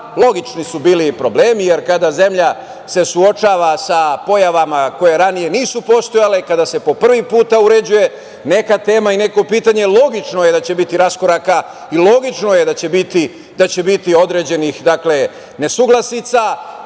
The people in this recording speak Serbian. Logični su bili problemi, jer kada se zemlja suočava sa pojavama koje ranije nisu postojale. Kada se po prvi put uređuje neka tema, neko pitanje, logično je da će biti raskoraka i logično je da će biti određenih nesuglasica.